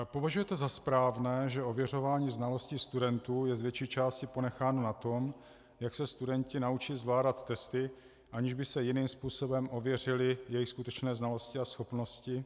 Považujete za správné, že ověřování znalostí studentů je z větší části ponecháno na tom, jak se studenti naučí zvládat testy, aniž by se jiným způsobem ověřily jejich skutečné znalosti a schopnosti?